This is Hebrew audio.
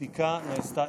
הבדיקה נעשתה.